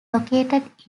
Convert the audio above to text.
located